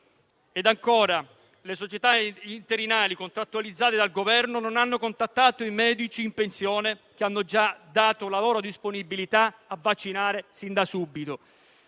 le società interinali contrattualizzate dal Governo non hanno contattato i medici in pensione che hanno già dato la loro disponibilità a vaccinare sin da subito.